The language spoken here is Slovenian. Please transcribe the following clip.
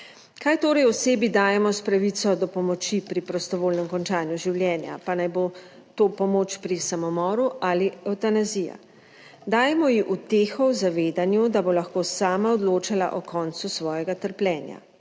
Kaj torej osebi dajemo s pravico do pomoči pri prostovoljnem končanju življenja, pa naj bo to pomoč pri samomoru ali evtanazija? Dajemo ji uteho v zavedanju, da bo lahko sama odločala o koncu svojega trpljenja.